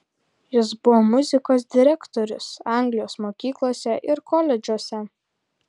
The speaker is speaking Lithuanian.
jis buvo muzikos direktorius anglijos mokyklose ir koledžuose